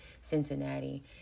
Cincinnati